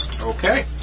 Okay